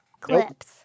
Clips